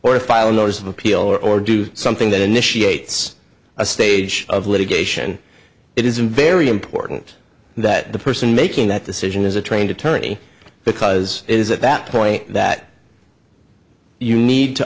or file a notice of appeal or do something that initiate a stage of litigation it is very important that the person making that decision is a trained attorney because it is at that point that you need to